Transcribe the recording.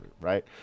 right